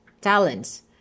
talents